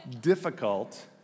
difficult